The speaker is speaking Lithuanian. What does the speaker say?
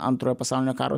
antrojo pasaulinio karo